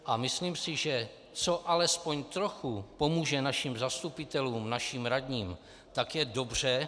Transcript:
A myslím si, že co alespoň trochu pomůže našim zastupitelům, našim radním, tak je dobře.